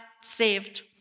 saved